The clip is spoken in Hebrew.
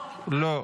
לא.